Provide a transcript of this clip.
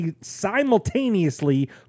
simultaneously